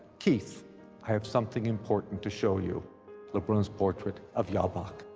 keith, i have something important to show you lebrun's portrait of jabach.